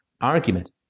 argument